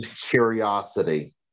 curiosity